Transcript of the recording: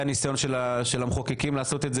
היה ניסיון של המחוקקים לעשות את זה